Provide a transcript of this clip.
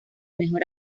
mejor